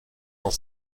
dans